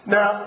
Now